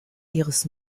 ihres